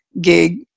gig